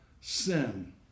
sin